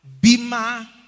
bima